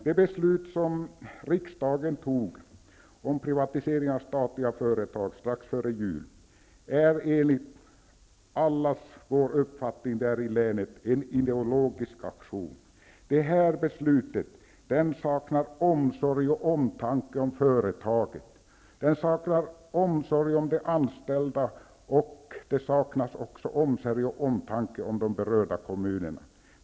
Det beslut som riksdagen fattade strax före jul är enligt allas mening i länet en ideologisk aktion. Det är ett beslut som visar att man saknar omsorg och omtanke om företaget, liksom om de anställda och de berörda kommunerna.